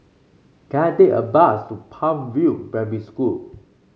can I take a bus to Palm View Primary School